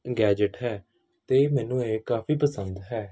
gadget ਹੈ ਅਤੇ ਮੈਨੂੰ ਇਹ ਕਾਫੀ ਪਸੰਦ ਹੈ